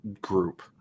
group